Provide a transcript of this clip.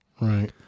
right